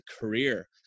career